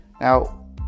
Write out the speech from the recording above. Now